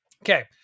Okay